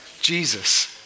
Jesus